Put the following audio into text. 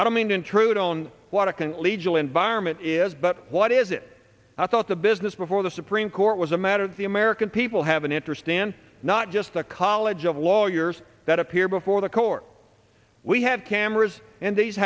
i don't mean to intrude on what it can legal environment is but what is it i thought the business before the supreme court was a matter of the american people have an interest in not just the college of lawyers that appear before the court we have cameras and these